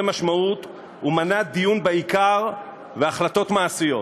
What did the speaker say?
משמעות ומנע דיון בעיקר והחלטות מעשיות.